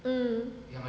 um